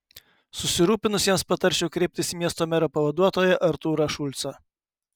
susirūpinusiesiems patarčiau kreiptis į miesto mero pavaduotoją artūrą šulcą